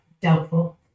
Doubtful